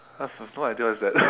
I've I have no idea what is that